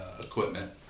equipment